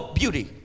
beauty